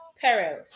peril